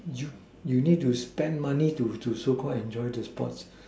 you you need to spend money to to so called enjoy the sports